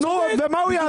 מה הוא יעשה?